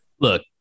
look